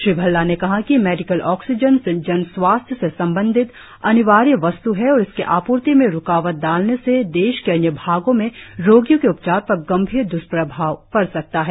श्री भल्ला ने कहा कि मेडिकल ऑक्सीजन जन स्वास्थ्य से संबंधित अनिवार्य वस्त् है और इसकी आपूर्ति में रूकावट डालने से देश के अन्य भागों में रोगियों के उपचार पर गंभीर द्ष्प्रभाव पड़ सकता है